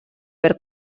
per